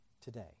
today